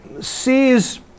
sees